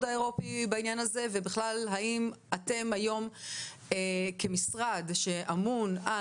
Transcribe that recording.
האירופאי בענין הזה ובכלל האם אתם היום כמשרד שאמון על